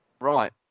Right